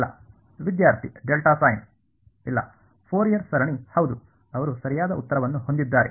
ಇಲ್ಲ ವಿದ್ಯಾರ್ಥಿ delta sine ಇಲ್ಲ ಫೋರಿಯರ್ ಸರಣಿ ಹೌದು ಅವರು ಸರಿಯಾದ ಉತ್ತರವನ್ನು ಹೊಂದಿದ್ದಾರೆ